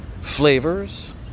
Flavors